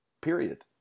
period